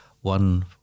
one